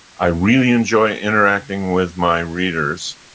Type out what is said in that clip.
i really enjoy interacting with my readers,